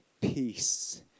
peace